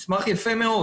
מסמך יפה מאוד